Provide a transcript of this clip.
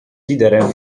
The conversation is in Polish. liderem